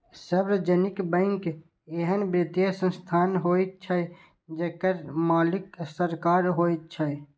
सार्वजनिक बैंक एहन वित्तीय संस्थान होइ छै, जेकर मालिक सरकार होइ छै